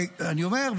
אני אומר,